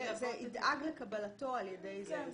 ידאג לקבלתו על ידי זה וזה.